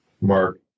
Mark